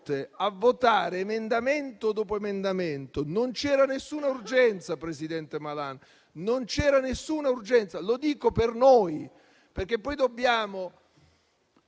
a votare, emendamento dopo emendamento, quando non c'era alcuna urgenza. Presidente Malan, non c'era alcuna urgenza. Lo dico per noi, perché poi dobbiamo